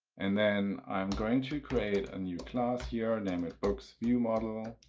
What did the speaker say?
and then i'm going to create a new class here and name it booksviewmodel.